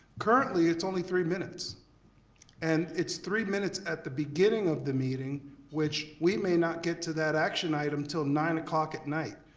currently it's only three minutes and it's three minutes at the beginning of the meeting which we may not get to that action item till nine zero at night.